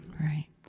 Right